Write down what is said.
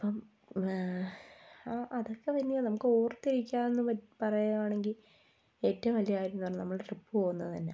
അപ്പം അ അതൊക്കെ തന്നെയാണ് നമുക്ക് ഓർത്തിരിക്കാൻ പറയുകയാണെങ്കിൽ ഏറ്റവും വലിയകാര്യമെന്നു പറഞ്ഞാൽ നമ്മൾ ട്രിപ്പ് പോകുന്നത് തന്നാ